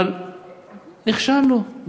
אבל נכשלנו,